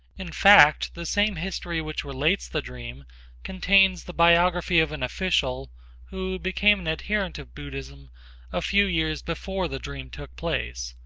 in fact, the same history which relates the dream contains the biography of an official who became an adherent of buddhism a few years before the dream took place.